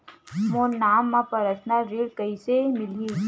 मोर नाम म परसनल ऋण कइसे मिलही?